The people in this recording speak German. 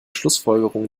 schlussfolgerung